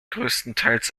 größtenteils